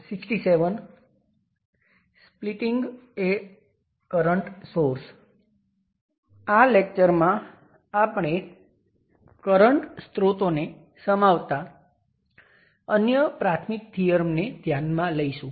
ચાલો મને એક ઉદાહરણ લેવા દો